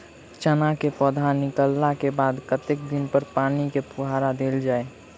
चना केँ पौधा निकलला केँ बाद कत्ते दिन पर पानि केँ फुहार देल जाएँ?